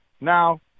Now